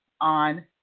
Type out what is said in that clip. on